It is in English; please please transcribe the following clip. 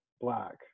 black